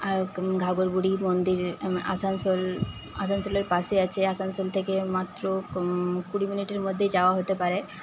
ঘাগর বুড়ি মন্দির আসানসোল আসানসোলের পাশে আছে আসানসোল থেকে মাত্র কুড়ি মিনিটের মধ্যে যাওয়া হতে পারে